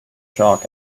chalk